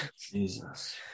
Jesus